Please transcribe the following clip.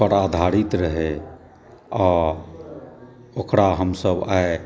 पर आधारित रहै आ ओकरा हमसब आइ